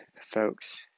folks